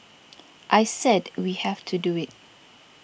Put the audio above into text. I said we have to do it